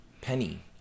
penny